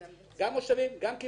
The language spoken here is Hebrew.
גם מושבים, גם קיבוצים